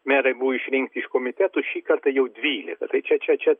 merai buvo išrinkti iš komitetų šį kartą jau dvylika tai čia čia čia